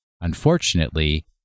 Unfortunately